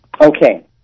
Okay